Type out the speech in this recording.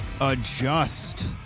adjust